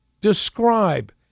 Describe